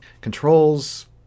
controls